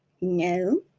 No